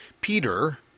Peter